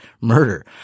murder